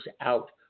out